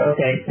Okay